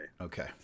Okay